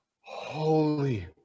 Holy